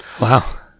wow